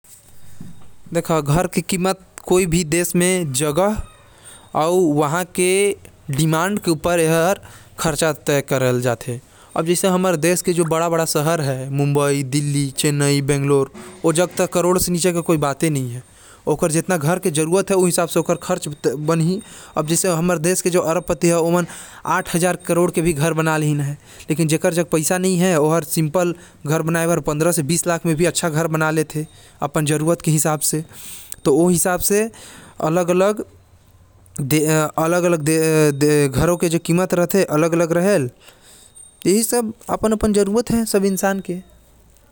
हमर देश म घर के कीमत लगभग पांच लाख से लेकर अरबों म जाथे।